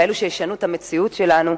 כאלו שישנו את המציאות שלנו,